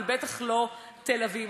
אבל בטח לא תל-אביב.